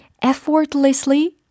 effortlessly